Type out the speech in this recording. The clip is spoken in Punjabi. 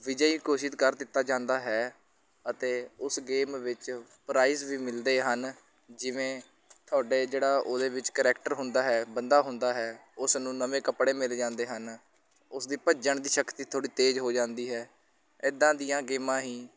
ਵਿਜੈਈ ਘੋਸ਼ਿਤ ਕਰ ਦਿੱਤਾ ਜਾਂਦਾ ਹੈ ਅਤੇ ਉਸ ਗੇਮ ਵਿੱਚ ਪ੍ਰਾਈਜ਼ ਵੀ ਮਿਲਦੇ ਹਨ ਜਿਵੇਂ ਤੁਹਾਡੇ ਜਿਹੜਾ ਉਹਦੇ ਵਿੱਚ ਕਰੈਕਟਰ ਹੁੰਦਾ ਹੈ ਬੰਦਾ ਹੁੰਦਾ ਹੈ ਉਸ ਨੂੰ ਨਵੇਂ ਕੱਪੜੇ ਮਿਲ ਜਾਂਦੇ ਹਨ ਉਸਦੀ ਭੱਜਣ ਦੀ ਸ਼ਕਤੀ ਥੋੜ੍ਹੀ ਤੇਜ਼ ਹੋ ਜਾਂਦੀ ਹੈ ਇੱਦਾਂ ਦੀਆਂ ਗੇਮਾਂ ਹੀ